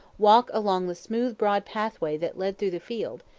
walk along the smooth broad pathway that led through the field,